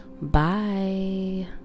bye